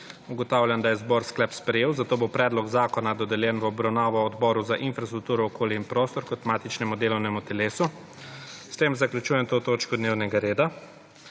Ugotavljam, da je zbor sklep sprejel, zato bo predlog zakona dodeljen v obravnavo Odboru za infrastrukturo, okolje in prostor kot matičnemu delovnemu telesu. S tem zaključujem to točko dnevnega reda.